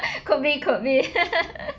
could be could be